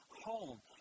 home